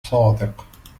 صادق